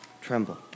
tremble